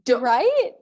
right